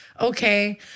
Okay